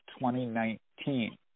2019